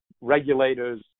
Regulators